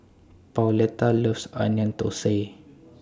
Pauletta loves Onion Thosai